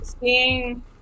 seeing